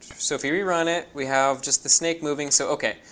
so if we rerun it, we have just the snake moving. so ok.